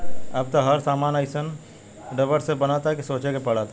अब त हर सामान एइसन रबड़ से बनता कि सोचे के पड़ता